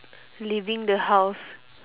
leaving the house